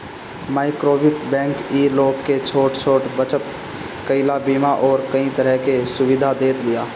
माइक्रोवित्त बैंक इ लोग के छोट छोट बचत कईला, बीमा अउरी कई तरह के सुविधा देत बिया